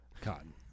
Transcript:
Cotton